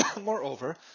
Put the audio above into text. Moreover